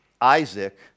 Isaac